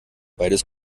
beides